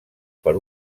per